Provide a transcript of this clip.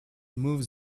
move